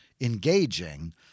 engaging